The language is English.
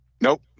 Nope